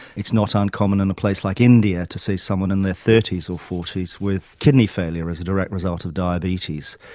it's not uncommon in a place like india to see someone in their thirty s or forty s with kidney failure as a direct result of diabetes.